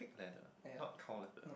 pig leather not cow leather